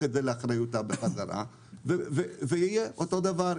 את זה לאחריותה בחזרה ויהיה אותו דבר,